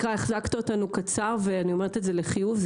החזקת אותנו קצר, ואני אומרת זאת לחיוב.